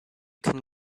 can